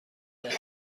بدهید